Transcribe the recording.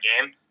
game